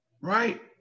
Right